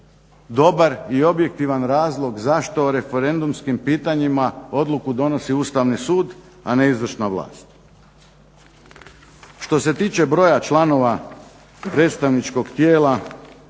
dobar i objektivan razlog zašto o referendumskim pitanjima odluku donosi Ustavni sud, a ne izvršna vlast. Što se tiče broja članova predstavničkog tijela,